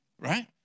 Right